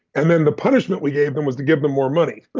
and then the punishment we gave them was to give them more money but